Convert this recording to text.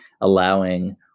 allowing